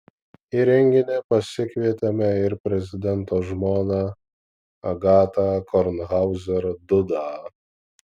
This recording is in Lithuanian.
į renginį pasikvietėme ir prezidento žmoną agatą kornhauzer dudą